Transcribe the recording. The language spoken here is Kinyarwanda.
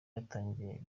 yatangiye